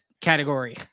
category